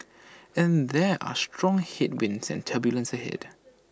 and there are strong headwinds and turbulence ahead